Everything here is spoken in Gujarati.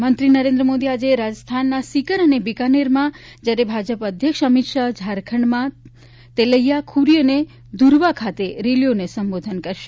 પ્રધાનમંત્રી નરેન્દ્ર મોદી આજે રાજસ્થાનના સીકર અને બીકાનેરમાં જ્યારે ભાજપ અધ્યક્ષ અમિત શાહ ઝારખંડ માં તેલૈયા ખૂંરી અને ધુરવા ખાતે રેલીઓમાં સંબોધન કરશે